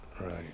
Right